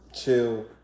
chill